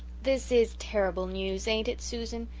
this is terrible news, ain't it, susan?